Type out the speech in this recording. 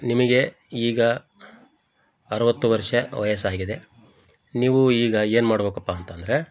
ನಿಮಗೆ ಈಗ ಅರುವತ್ತು ವರ್ಷ ವಯಸ್ಸಾಗಿದೆ ನೀವು ಈಗ ಏನು ಮಾಡ್ಬೇಕಪ್ಪ ಅಂತಂದರೆ